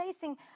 facing